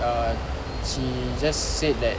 ah she just said that